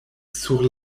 sur